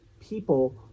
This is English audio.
people